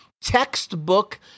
textbook